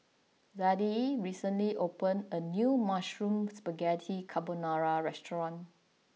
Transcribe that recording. Zadie recently opened a new Mushroom Spaghetti Carbonara Restaurant